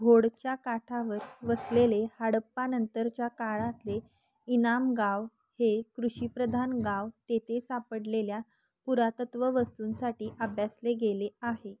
घोडच्या काठावर वसलेले हडप्पानंतरच्या काळातले इनाम गाव हे कृषिप्रधान गाव तेथे सापडलेल्या पुरातत्त्व वस्तूंसाठी आभ्यासले गेले आहे